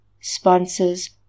sponsors